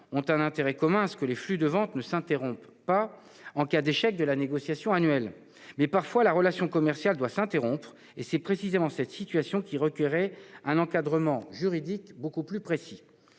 ont un intérêt commun à ce que les flux de ventes ne s'interrompent pas en cas d'échec de la négociation annuelle. Mais la relation commerciale doit parfois s'interrompre. C'est précisément cette situation qui requérait un encadrement juridique beaucoup plus précis.